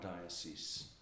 diocese